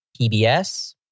PBS